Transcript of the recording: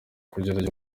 kugerageza